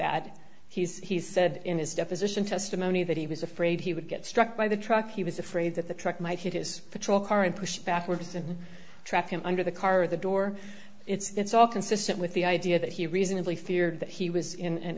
that he said in his deposition testimony that he was afraid he would get struck by the truck he was afraid that the truck might hit his patrol car and push backwards and track him under the car or the door it's all consistent with the idea that he reasonably feared that he was in a